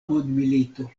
mondmilito